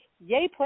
yay